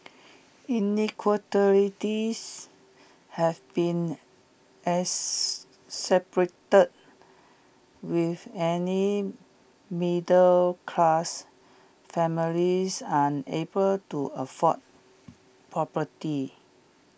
inequalities have been exacerbated with any middle class families unable to afford property